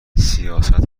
سیاست